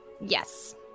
Yes